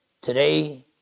today